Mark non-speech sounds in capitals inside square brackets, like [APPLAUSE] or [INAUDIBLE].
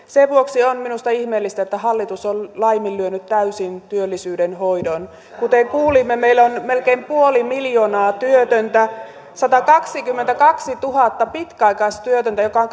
sen vuoksi on minusta ihmeellistä että hallitus on laiminlyönyt täysin työllisyyden hoidon kuten kuulimme meillä on melkein puoli miljoonaa työtöntä satakaksikymmentäkaksituhatta pitkäaikaistyötöntä mikä on [UNINTELLIGIBLE]